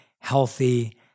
healthy